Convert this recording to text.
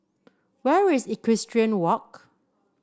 where is Equestrian Walk